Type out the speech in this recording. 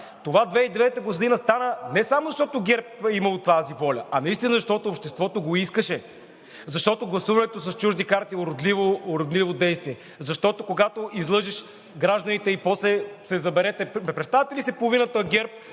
Това 2009 г. стана не само защото ГЕРБ е имал тази воля, а наистина, защото обществото го искаше. Защото гласуването с чужди карти е уродливо действие. Защото, когато излъжеш гражданите и после… Представяте ли си половината от